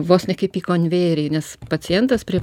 vos ne kaip į konvejerį nes pacientas prie